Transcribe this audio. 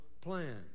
plan